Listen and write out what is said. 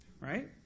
Right